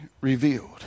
revealed